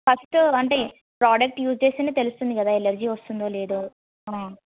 first అంటే product use చేస్తేనే తెలుస్తుంది కదా ఎలర్జీ వస్తుందో లేదో